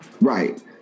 right